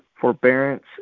forbearance